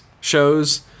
shows